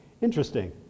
interesting